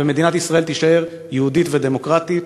ומדינת ישראל תישאר יהודית ודמוקרטית